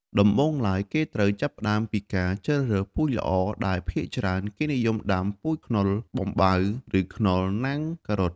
ដំបូងឡើយ គេត្រូវចាប់ផ្តើមពីការជ្រើសរើសពូជល្អ ដែលភាគច្រើនគេនិយមដាំពូជខ្នុរបំបៅ ឬខ្នុរណាំងការ៉ុត។